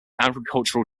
agricultural